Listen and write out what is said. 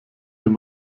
dem